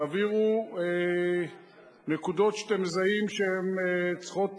תעבירו נקודות שאתם מזהים שהן צריכות תיקון,